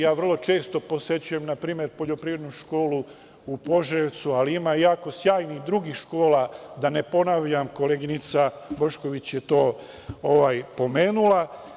Ja vrlo često posećujem, na primer, Poljoprivrednu školu u Požarevcu, ali ima sjajnih drugih škola, da ne ponavljam, koleginica Bošković je to pomenula.